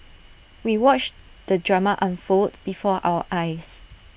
we watched the drama unfold before our eyes